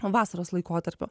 vasaros laikotarpiu